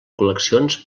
col·leccions